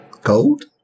Gold